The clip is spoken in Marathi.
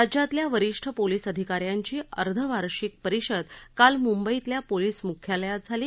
राज्यातल्या वरीष्ठ पोलीस अधिकाऱ्यांची अर्धवार्षिक परिषद काल मुंबईतल्या पोलीस मुख्यालयात झाली